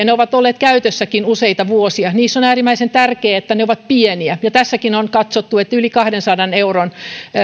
ne ovat olleet käytössäkin useita vuosia niissä on äärimmäisen tärkeää että ne ovat pieniä ja tässäkin on katsottu että yli kahdensadan euron